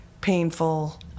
Painful